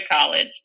college